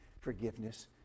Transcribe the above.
forgiveness